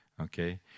Okay